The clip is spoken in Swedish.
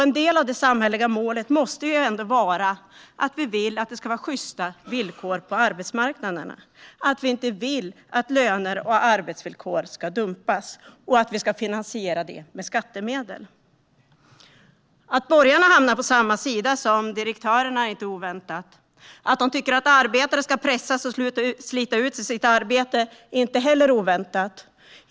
En del av det samhälleliga målet måste vara att vi vill att det ska vara sjysta villkor på arbetsmarknaden och att vi inte vill att löner och arbetsvillkor ska dumpas eller att dumpningen ska finansieras med skattemedel. Att borgarna hamnar på samma sida som direktörerna är inte oväntat. Att de tycker att arbetare ska pressas och slita ut sig i sitt arbete är inte heller oväntat.